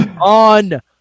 on